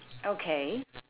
okay